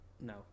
no